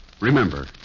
remember